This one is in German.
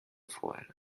freude